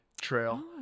trail